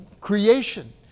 creation